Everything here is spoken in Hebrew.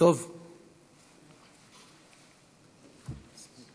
תודה רבה לך, אדוני השר,